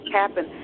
happen